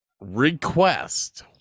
request